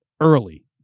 early